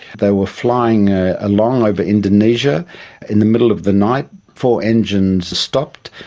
they were flying ah along over indonesia in the middle of the night, four engines stopped.